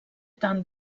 tant